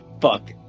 Fuck